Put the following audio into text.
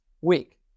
week